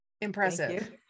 Impressive